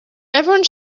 everyone